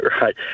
Right